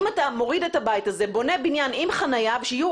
אם אתה מוריד את הבית הזה ובונה בניין עם חנייה ושיהיו